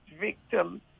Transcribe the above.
victims